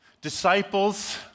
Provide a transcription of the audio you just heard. disciples